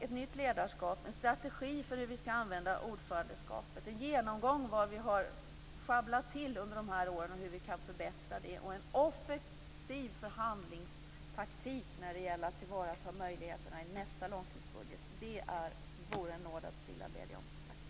Ett nytt ledarskap, en strategi för hur vi skall använda ordförandeskapet, en genomgång av vad vi har sjabblat till under de här åren och hur vi kan förbättra det samt en offensiv förhandlingstaktik när det gäller att tillvarata möjligheterna i nästa långtidsbudget vore en nåd att stilla bedja om. Tack!